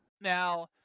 Now